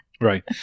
Right